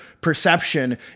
perception